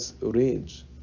rage